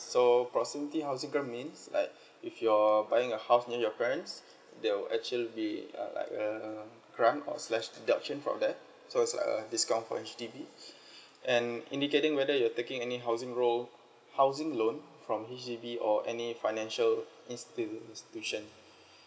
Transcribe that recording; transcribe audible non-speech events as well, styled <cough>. so proximately housing grants means like if you're buying a house near your parents there will actually be uh like uh grant or slash deduction from there so it's like a discount from H_D_B <breath> and indicating whether you're taking any housing loan housing loan from H_D_B or any financial institution